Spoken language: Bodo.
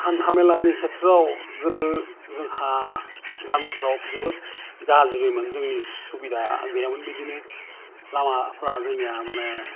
हानथा मेलानि खेथ्रआव गोदो जोंहा गामिफ्राव जोबोद ग्राज्रिमोन जोङो सुबिदा गैयामोन बिदिनो लामाफ्रा जोंनिया मानि